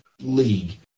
league